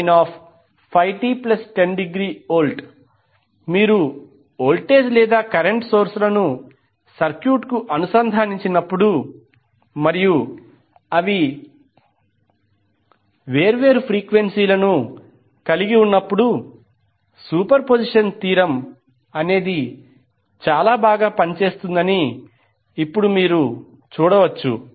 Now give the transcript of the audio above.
328sin 5t10° V మీరు voltage లేదా current source లను సర్క్యూట్కు అనుసంధానించినప్పుడు మరియు అవి వేర్వేరు ఫ్రీక్వెన్సీ లను కలిగి ఉన్నప్పుడు సూపర్పోజిషన్ సిద్ధాంతం బాగా పనిచేస్తుందని ఇప్పుడు మీరు చూడవచ్చు